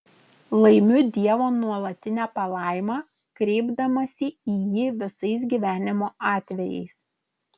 laimiu dievo nuolatinę palaimą kreipdamasi į jį visais gyvenimo atvejais